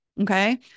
Okay